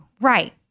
Right